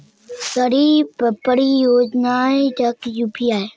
सरकारी सड़क परियोजनात गांउर मजदूर लाक काम मिलील छ